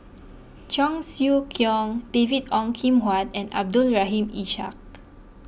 Cheong Siew Keong David Ong Kim Huat and Abdul Rahim Ishak